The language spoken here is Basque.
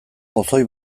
pozoi